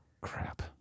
crap